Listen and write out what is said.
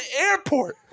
airport